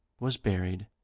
was buried,